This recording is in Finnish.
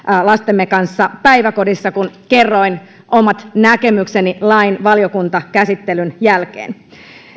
lastemme kanssa päiväkodissa kun kerroin omat näkemykseni lain valiokuntakäsittelyn jälkeen